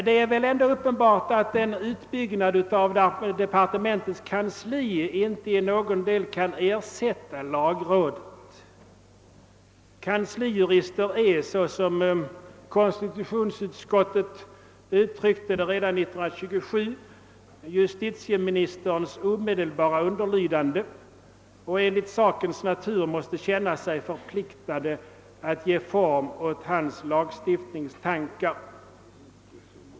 Det är väl ändå uppenbart att en utbyggnad av departementets kansli inte i någon del kan ersätta lagrådet. Kanslijurister är — såsom konstitutionsutskottet uttryckte det redan 1927 — justitieministerns omedelbara underlydande, och enligt sakens natur måste de känna sig förpliktigade att ge form åt hans lagstiftningstankar.